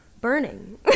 burning